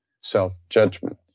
Self-judgment